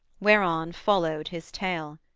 whereon followed his tale.